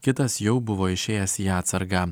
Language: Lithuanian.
kitas jau buvo išėjęs į atsargą